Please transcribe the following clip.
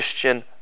Christian